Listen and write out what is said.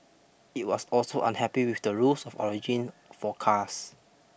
it was also unhappy with the rules of origin for cars